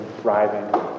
thriving